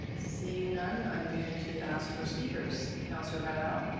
seeing none i'm going to ask for speakers. councillor bilow?